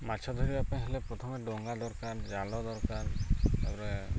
ମାଛ ଧରିବା ପାଇଁ ହେଲେ ପ୍ରଥମେ ଡଙ୍ଗା ଦରକାର ଜାଲ ଦରକାର ତାପରେ